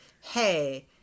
Hey